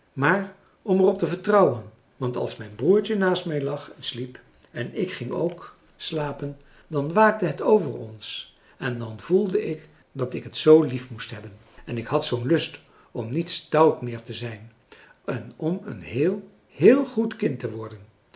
maar om er op te vertrouwen want als mijn broertje naast mij lag en sliep en ik ging ook slapen dan waakte het over ons en dan voelde ik dat ik het zoo lief moest hebben en ik had zoo'n lust om niet stout meer te zijn en om een heel heel goed kind te worden